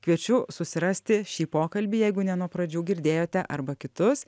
kviečiu susirasti šį pokalbį jeigu ne nuo pradžių girdėjote arba kitus